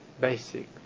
basic